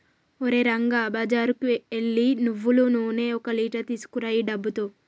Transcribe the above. ఓరే రంగా బజారుకు ఎల్లి నువ్వులు నూనె ఒక లీటర్ తీసుకురా ఈ డబ్బుతో